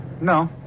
No